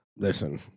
Listen